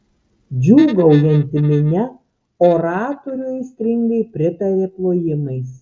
džiūgaujanti minia oratoriui aistringai pritarė plojimais